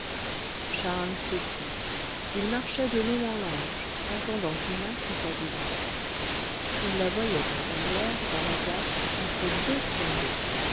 charles se tut il marchait de long en large attendant qu'emma fût habillée il la voyait par derrière dans la glace entre deux flambeaux